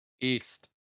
East